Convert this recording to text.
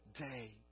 day